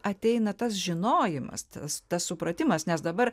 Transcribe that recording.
ateina tas žinojimas tas tas supratimas nes dabar